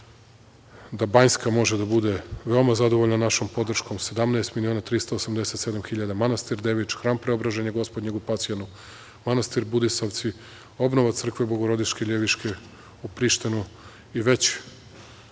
da Banjska može da bude veoma zadovoljna našom podrškom, 17 miliona 387 hiljada manastir Devič, hram Preobraženja gospodnjeg u Pasjanu, manastir Budisavci, obnova crkve Bogorodice Ljeviške u Prištini.